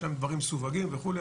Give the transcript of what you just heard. יש להם דברים מסווגים וכולי,